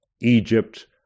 egypt